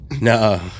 No